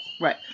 Right